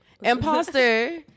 Imposter